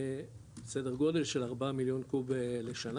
סדר גודל של ארבעה מיליון קוב לשנה,